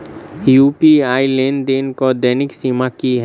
UPI लेनदेन केँ दैनिक सीमा की है?